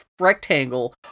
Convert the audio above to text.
rectangle